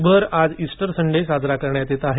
जगभर आज Easter Sunday साजरा करण्यात येत आहे